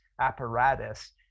apparatus